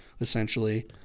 Essentially